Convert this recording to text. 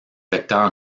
vecteur